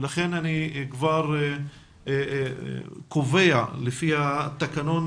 ולכן אני קובע לפי סעיף 120 לתקנון